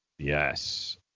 Yes